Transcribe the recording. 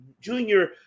Junior